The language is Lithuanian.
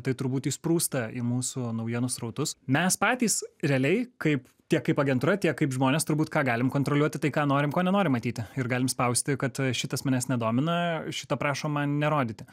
tai turbūt įsprūsta į mūsų naujienų srautus mes patys realiai kaip tie kaip agentūra tiek kaip žmonės turbūt ką galim kontroliuoti tai ką norim ko nenorim matyti ir galim spausti kad šitas manęs nedomina šito prašom man nerodyti